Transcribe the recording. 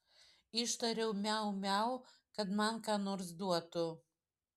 ištariau miau miau kad man ką nors duotų